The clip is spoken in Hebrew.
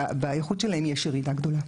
באיכות שלהם יש ירידה גדולה.